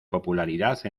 popularidad